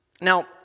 Now